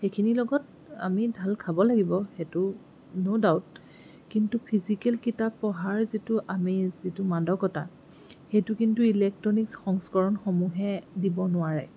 সেইখিনি লগত আমি ঢাল খাব লাগিব সেইটো ন' ডাউট কিন্তু ফিজিকেল কিতাপ পঢ়াৰ যিটো আমেজ যিটো মাদকতা সেইটো কিন্তু ইলেক্ট্ৰনিক সংস্কৰণসমূহে দিব নোৱাৰে